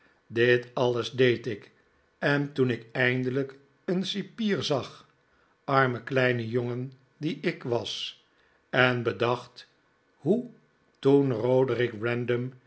dit alles deed ik en toen ik eindelijk een cipier zag arme kleine jongen die ik was en bedacht hoe toen